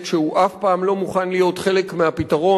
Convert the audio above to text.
שהוא אף פעם לא מוכן להיות חלק מהפתרון.